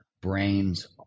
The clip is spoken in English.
Brains